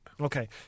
Okay